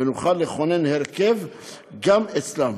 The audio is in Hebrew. ונוכל לכונן הרכב גם אצלם.